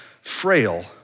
frail